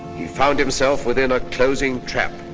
he found himself within a closing trap.